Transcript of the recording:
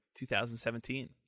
2017